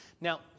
Now